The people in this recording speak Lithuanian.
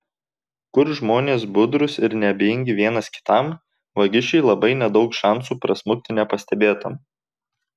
kur žmonės budrūs ir neabejingi vienas kitam vagišiui labai nedaug šansų prasmukti nepastebėtam